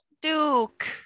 Duke